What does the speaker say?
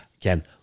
again